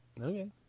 Okay